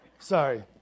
Sorry